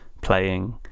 playing